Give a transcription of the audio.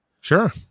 Sure